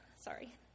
Sorry